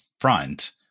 front